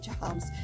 jobs